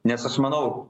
nes aš manau